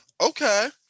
Okay